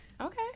Okay